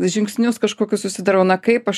žingsnius kažkokius susidarau na kaip aš